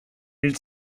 hil